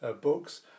books